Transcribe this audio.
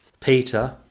Peter